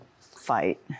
fight